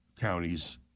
counties